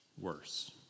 worse